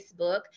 Facebook